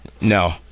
No